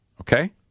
okay